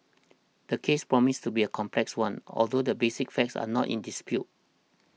the case promises to be a complex one although the basic facts are not in dispute